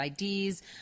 IDs